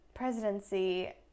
presidency